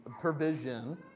provision